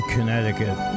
Connecticut